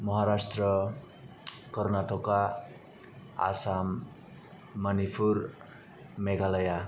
Maharashtra Karnataka Assam Manipur Meghalaya